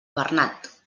bernat